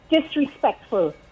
Disrespectful